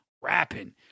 rapping